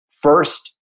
First